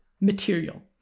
material